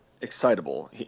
excitable